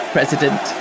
President